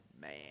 Man